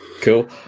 Cool